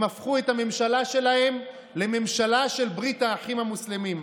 הם הפכו את הממשלה שלהם לממשלה של ברית האחים המוסלמים.